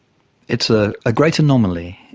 it's a ah great anomaly,